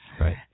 right